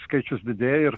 skaičius didėja ir